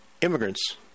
immigrants